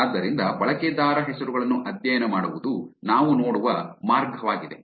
ಆದ್ದರಿಂದ ಬಳಕೆದಾರಹೆಸರುಗಳನ್ನು ಅಧ್ಯಯನ ಮಾಡುವುದು ನಾವು ನೋಡುವ ಮಾರ್ಗವಾಗಿದೆ